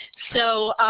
so